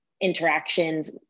interactions